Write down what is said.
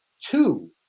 Two